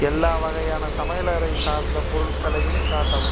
எல்லா வகையான சமையலறை சார்ந்த பொருள்களையும் காட்டவும்